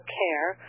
care